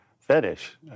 fetish